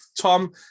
Tom